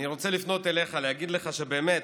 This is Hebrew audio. אני רוצה לפנות אליך ולהגיד לך שבאמת,